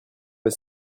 les